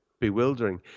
bewildering